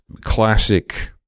classic